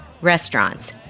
restaurants